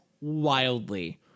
wildly